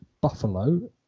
Buffalo